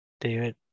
david